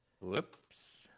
Whoops